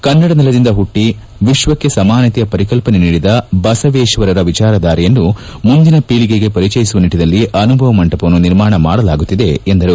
ಕನ್ನಡ ನೆಲದಿಂದ ಹುಟ್ಟಿ ವಿಶ್ವಕ್ಷೆ ಸಮಾನತೆಯ ಪರಿಕಲ್ಪನೆ ನೀಡಿದ ಬಸವೇಶ್ವರರ ವಿಚಾರಧಾರೆಯನ್ನು ಮುಂದಿನ ಪೀಳಿಗೆಗೆ ಪರಿಚಯಿಸುವ ನಿಟ್ಟಿನಲ್ಲಿ ಅನುಭವ ಮಂಟಪವನ್ನು ನಿರ್ಮಾಣ ಮಾಡಲಾಗುತ್ತಿದೆ ಎಂದರು